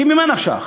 כי ממה נפשך?